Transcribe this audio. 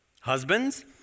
Husbands